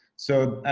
so,